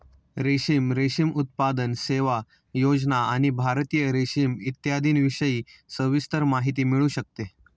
रेशीम, रेशीम उत्पादन, सेवा, योजना आणि भारतीय रेशीम इत्यादींविषयी सविस्तर माहिती मिळू शकते